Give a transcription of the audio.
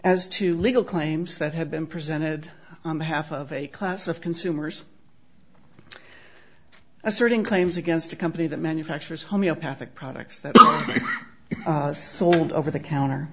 as to legal claims that have been presented on behalf of a class of consumers asserting claims against a company that manufactures homeopathic products that soiled over the counter